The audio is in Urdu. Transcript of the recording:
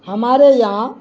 ہمارے یہاں